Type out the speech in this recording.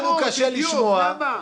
לנו קשה לשמוע,